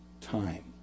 time